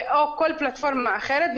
או כל פלטפורמה אחרת,